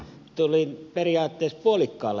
tulin periaatteet puolikkaana